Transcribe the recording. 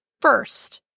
first